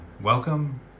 Welcome